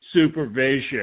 supervision